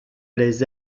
les